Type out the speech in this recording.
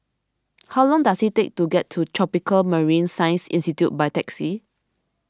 how long does it take to get to Tropical Marine Science Institute by taxi